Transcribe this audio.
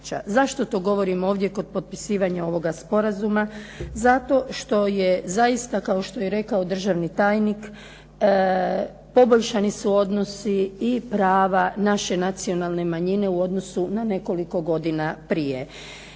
Zašto to govorim ovdje kod potpisivanja ovoga sporazuma? Zato što je zaista kao što je rekao državni tajnik, poboljšani su odnosi i prava naše nacionalne manjine u odnosu na nekoliko godina prije.